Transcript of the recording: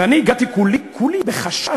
ואני הגעתי כולי בחשש,